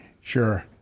Sure